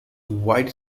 white